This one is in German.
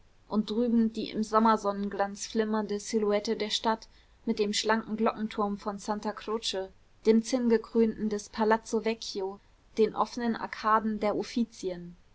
und drüben die im sommersonnenglanz flimmernde silhouette der stadt mit dem schlanken glockenturm von santa croce dem zinnengekrönten des palazzo vecchio den offenen arkaden der